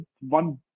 one